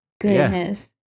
goodness